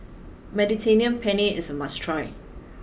Mediterranean Penne is a must try